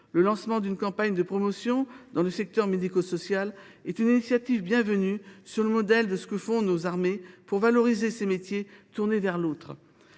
Le lancement d’une campagne de promotion dans le secteur médico social est une initiative bienvenue, sur le modèle de ce que font nos armées, pour valoriser ces métiers tournés vers l’autre.